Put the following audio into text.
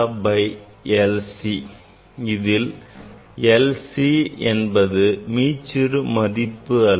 S equal to 10 theta by lC இதில் lC என்பது மீச்சிறு மதிப்பு அல்ல